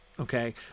okay